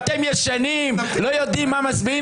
אתם רוצים שאסייע?